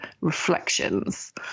reflections